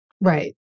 Right